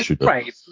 Right